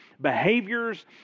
behaviors